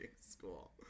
school